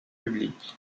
publics